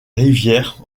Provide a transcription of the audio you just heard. rivières